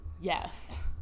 Yes